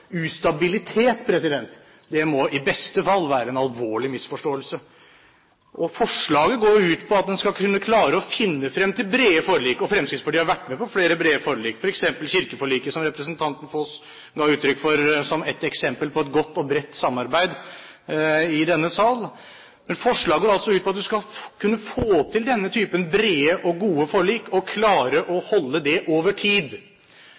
ustabilitet, må i beste fall være en alvorlig misforståelse. Forslaget går jo ut på at en skal kunne klare å finne frem til brede forlik. Fremskrittspartiet har vært med på flere brede forlik, f.eks. kirkeforliket, som representanten Foss ga som ett eksempel på et godt og bredt samarbeid i denne sal. Forslaget går altså ut på at en skal kunne få til denne type brede og gode forlik og klare å holde dem over tid.